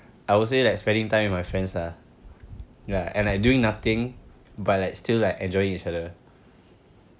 I would say like spending time with my friends lah ya and I doing nothing but like still like enjoying each other